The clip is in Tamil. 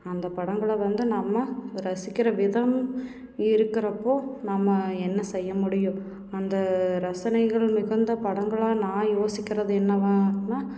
அந்த படங்களை வந்து நம்ம ரசிக்கிற விதம் இருக்கிறப்போ நம்ம என்ன செய்ய முடியும் அந்த ரசனைகள் மிகுந்த படங்களாக நான் யோசிக்கிறது என்னவான்னால்